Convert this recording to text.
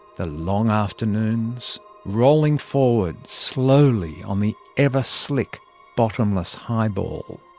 the long afternoons rolling forward slowly on the ever-slick bottomless highball.